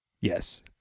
Yes